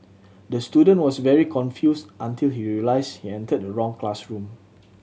the student was very confused until he realised he entered the wrong classroom